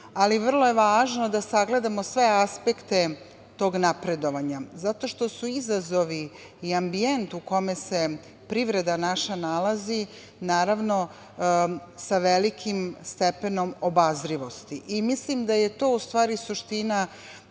ali vrlo je važno da sagledamo sve aspekte tog napredovanja zato što su izazovi i ambijent u kome se naša privreda nalazi, naravno, sa velikim stepenom obazrivosti. Mislim da je tu u stvari suština